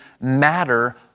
matter